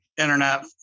internet